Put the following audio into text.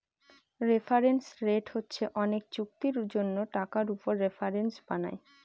reference rate হচ্ছে অনেক চুক্তির জন্য টাকার উপর রেফারেন্স বানায়